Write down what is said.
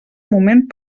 moment